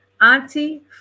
auntie